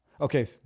Okay